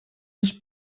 les